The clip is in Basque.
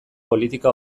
politika